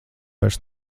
vairs